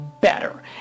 better